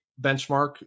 benchmark